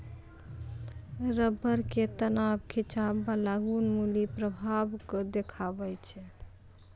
rubber के तनाव खिंचाव बाला गुण मुलीं प्रभाव के देखाबै छै